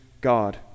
God